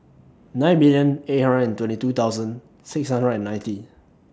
nine million eight hundred and twenty two thousand six hundred and ninety